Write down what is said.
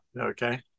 Okay